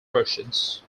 portions